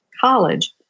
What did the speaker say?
college